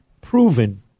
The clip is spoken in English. proven